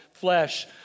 flesh